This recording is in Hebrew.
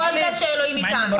עם כל זה שאלוהים איתם.